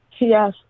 yes